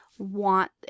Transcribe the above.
want